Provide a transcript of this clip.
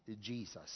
Jesus